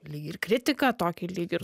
lyg ir kritiką tokį lyg ir